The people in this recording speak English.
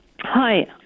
Hi